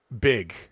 big